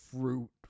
fruit